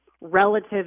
relative